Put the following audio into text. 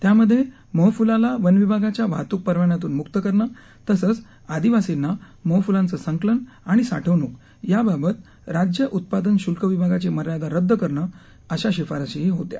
त्यामध्ये मोहफुलाला वनविभागाच्या वाहतूक परवान्यातून मुक्त करण तसंच आदिवासींना मोहफुलाचं संकलन आणि साठवणूक याबाबत राज्य उत्पादन शुल्क विभागाची मर्यादा रद्द करणं अशा शिफारशीही होत्या